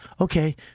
okay